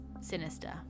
sinister